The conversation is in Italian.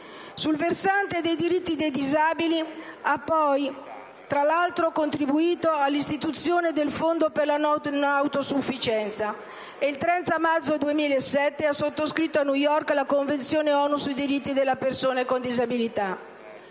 Sul versante dei diritti dei disabili ha tra l'altro contribuito all'istituzione del Fondo per la non autosufficienza e il 30 marzo 2007 ha sottoscritto a New York la Convenzione ONU sui diritti delle persone con disabilità.